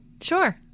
Sure